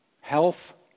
health